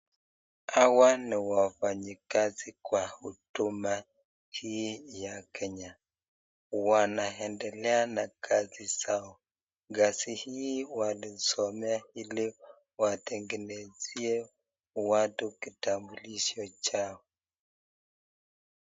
Hawa ni wafanyikazi kwa huduma hii ya Kenya wanaendelea na kazi zao. Kazi hii walisomea ili watengeneze watu kitambulisho chao.